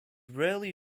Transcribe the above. rarely